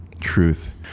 truth